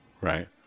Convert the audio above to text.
right